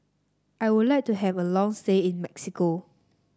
I would like to have a long stay in Mexico